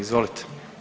Izvolite.